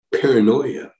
paranoia